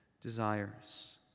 desires